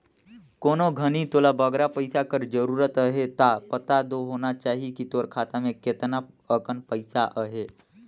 कोनो घनी तोला बगरा पइसा कर जरूरत अहे ता पता दो होना चाही कि तोर खाता में केतना अकन पइसा अहे